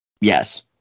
Yes